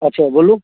अच्छा बोलू